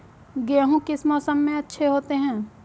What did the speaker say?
गेहूँ किस मौसम में अच्छे होते हैं?